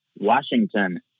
Washington